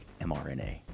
MRNA